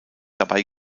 dabei